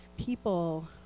people